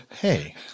Hey